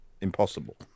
impossible